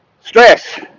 Stress